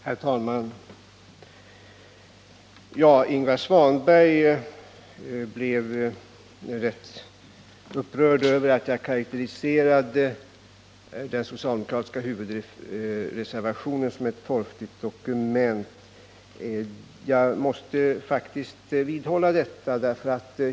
Herr talman! Ingvar Svanberg blev rätt upprörd över att jag karakteriserade den socialdemokratiska huvudreservationen som ett torftigt dokument. Jag måste faktiskt vidhålla det omdömet.